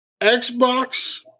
Xbox